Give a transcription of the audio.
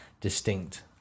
distinct